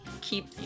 keep